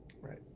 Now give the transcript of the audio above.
Right